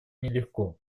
нелегко